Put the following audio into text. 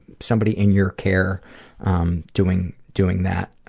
somebody in your care um doing doing that,